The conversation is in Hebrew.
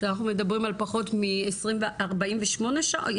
שאנחנו מדברים על פחות מ-48 שעות?